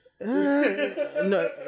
no